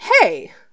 hey